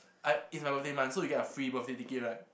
I it's my birthday month so you get a free birthday ticket right